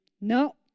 No